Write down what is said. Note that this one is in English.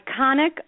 iconic